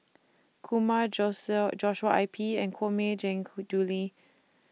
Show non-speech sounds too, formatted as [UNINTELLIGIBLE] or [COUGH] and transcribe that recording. Kumar [UNINTELLIGIBLE] Joshua I P and Koh Mui [UNINTELLIGIBLE] Julie